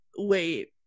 wait